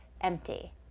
empty